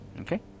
Okay